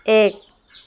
এক